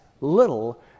little